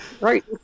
Right